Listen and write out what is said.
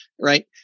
right